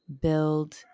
build